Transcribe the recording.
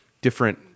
different